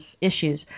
issues